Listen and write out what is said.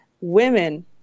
women